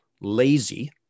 lazy